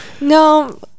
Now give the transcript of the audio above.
No